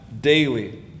daily